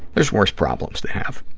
there's worse problems to have.